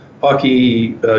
Hockey